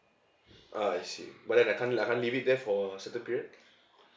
ah I see but then I can't l~ I can't leave it there for a certain period